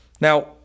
Now